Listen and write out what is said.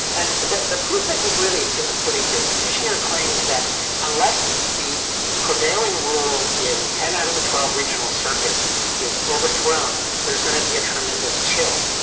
and the the proof, i think, really is in the pudding here. petitioner claims that unless the prevailing rule in ten out of the twelve regional circuits is overthrown, there is going to be a tremendous chill.